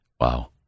Wow